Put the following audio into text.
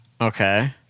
Okay